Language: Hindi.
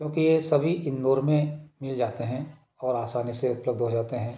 क्योंकि ये सभी इंदौर में मिल जाते हैं और आसानी से उपलब्ध हो जाते हैं